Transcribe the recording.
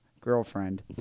girlfriend